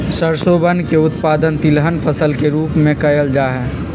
सरसोवन के उत्पादन तिलहन फसल के रूप में कइल जाहई